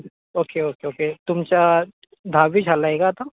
okay okay okay तुमचा दहावी झालं आहे का आता